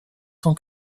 tant